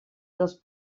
dels